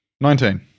Nineteen